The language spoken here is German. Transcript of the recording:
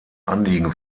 anliegen